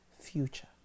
future